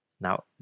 Now